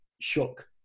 shook